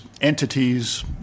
entities